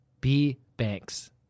B-banks